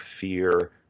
fear